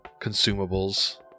consumables